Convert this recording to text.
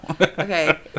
Okay